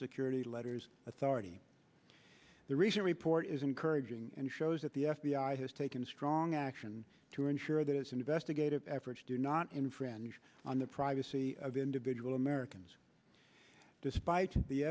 security letters authority the recent report is encouraging and shows that the f b i has taken strong action to ensure that its investigative efforts do not infringe on the privacy of individual americans despite the